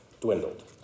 dwindled